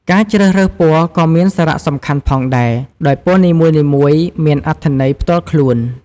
ការជ្រើសរើសពណ៌ក៏មានសារៈសំខាន់ផងដែរ ដោយពណ៌នីមួយៗមានអត្ថន័យផ្ទាល់ខ្លួន។